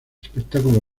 espectáculo